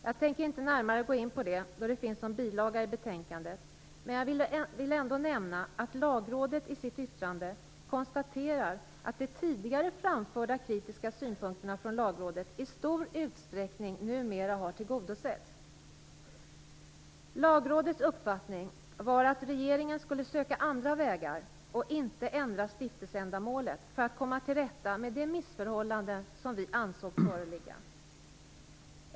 Jag tänker inte närmare gå in på det, då det finns som bilaga i betänkandet, men jag vill ändå nämna att Lagrådet i sitt yttrande konstaterar att de tidigare framförda kritiska synpunkterna från Lagrådet i stor utsträckning numera har tillgodosetts. Lagrådets uppfattning var att regeringen skulle söka andra vägar, och inte ändra stiftelseändamålet, för att komma till rätta med de missförhållanden som vi ansåg föreligga.